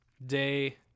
day